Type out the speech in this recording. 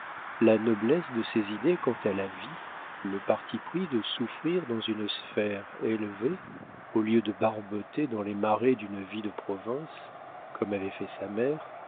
la noblesse de ses idées quant à la vie le parti pris de souffrir dans une sphère élevée au lieu de barboter dans les marais d'une vie de province comme avait fait sa mère